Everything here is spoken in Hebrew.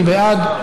מי בעד?